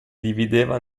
divideva